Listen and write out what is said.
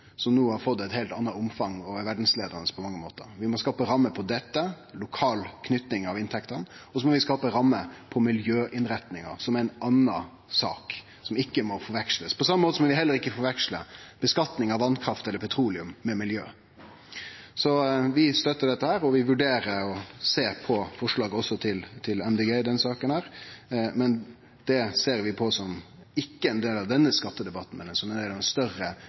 til no å ha fått eit heilt anna omfang og blitt verdsleiande på mange måtar. Vi må skape rammer for lokal tilknyting av inntekter, og vi må skape rammer for miljøinnretninga, som er ei anna sak, som ikkje må forvekslast med denne. På same måte må vi heller ikkje forveksle skattlegging av vasskraft eller petroleum, med miljø. Vi støttar dette. Vi vurderer å sjå på forslaget til Miljøpartiet Dei Grøne i denne saka, men det ser vi ikkje på som ein del av denne skattedebatten, men som ein del av den større